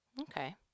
Okay